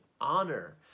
honor